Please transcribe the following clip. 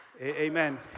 Amen